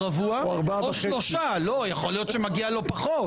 רבוע או 3. יכול להיות שמגיע לו פחות,